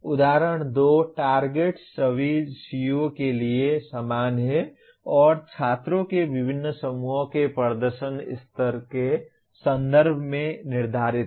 उदाहरण 2 टार्गेट्स सभी CO के लिए समान हैं और छात्रों के विभिन्न समूहों के प्रदर्शन स्तर के संदर्भ में निर्धारित हैं